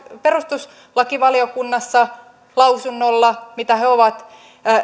perustuslakivaliokunnassa lausunnolla